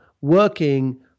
working